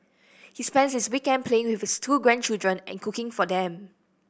he spends his weekend playing with his two grandchildren and cooking for them